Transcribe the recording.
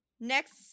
next